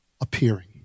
appearing